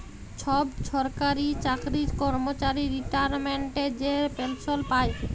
ছব সরকারি চাকরির কম্মচারি রিটায়ারমেল্টে যে পেলসল পায়